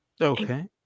okay